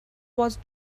was